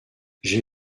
j’ai